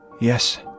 Yes